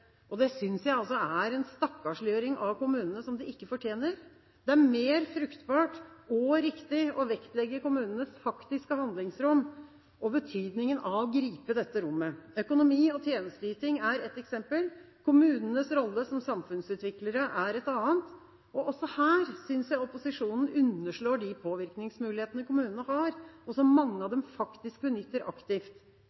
Det synes jeg er en stakkarsliggjøring av kommunene som de ikke fortjener. Det er mer fruktbart og riktig å vektlegge kommunenes faktiske handlingsrom og betydningen av å gripe dette rommet. Økonomi og tjenesteyting er ett eksempel, kommunenes rolle som samfunnsutviklere er et annet. Også her synes jeg opposisjonen underslår de påvirkningsmulighetene kommunene har, og som mange av